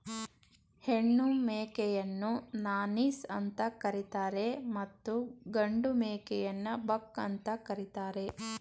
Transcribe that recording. ಹೆಣ್ಣು ಮೇಕೆಯನ್ನು ನಾನೀಸ್ ಅಂತ ಕರಿತರೆ ಮತ್ತು ಗಂಡು ಮೇಕೆನ ಬಕ್ ಅಂತ ಕರಿತಾರೆ